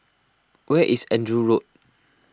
where is Andrew Road